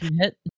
hit